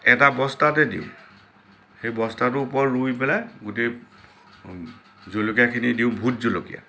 এটা বস্তাতে দিওঁ সেই বস্তাটো ওপৰত ৰুই পেলাই গোটেই জলকীয়াখিনি দিওঁ ভোট জলকীয়া